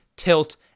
Tilt